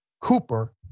Cooper